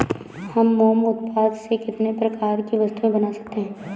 हम मोम उत्पाद से कितने प्रकार की वस्तुएं बना सकते हैं?